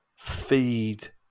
feed